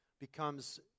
becomes